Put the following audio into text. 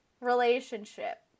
relationship